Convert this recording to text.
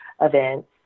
events